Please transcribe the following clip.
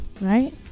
right